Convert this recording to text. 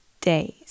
days